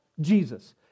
Jesus